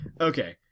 Okay